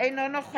מצביע